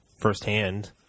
firsthand